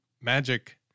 magic